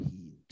healed